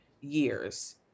years